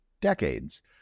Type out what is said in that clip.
decades